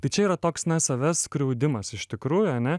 tai čia yra toks savęs skriaudimas iš tikrųjų ane